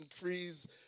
increase